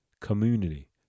Community